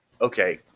okay